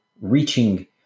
reaching